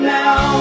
now